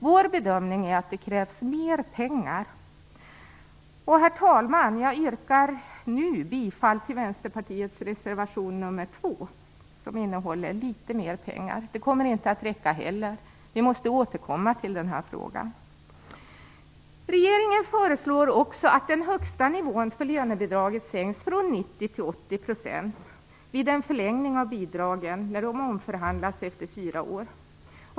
Vår bedömning är att det krävs mer pengar. Herr talman! Jag yrkar nu bifall till Vänsterpartiets reservation nr 2, som innehåller litet mer pengar. De kommer inte heller att räcka. Vi måste återkomma till den här frågan. Regeringen föreslår också att den högsta nivån för lönebidraget sänks från 90 % till 80 % vid en förlängning av bidragen, dvs. när de omförhandlas efter fyra år.